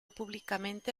públicamente